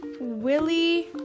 Willie